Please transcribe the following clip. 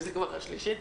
וזו כבר הכנסת השלישית,